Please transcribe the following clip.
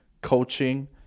coaching